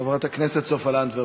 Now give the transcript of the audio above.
חברת הכנסת סופה לנדבר,